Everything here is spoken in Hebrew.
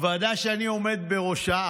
הוועדה שאני עומד בראשה,